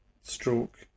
stroke